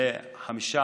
ל-15,